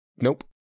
Nope